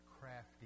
crafty